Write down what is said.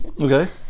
Okay